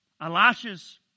Elisha's